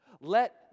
let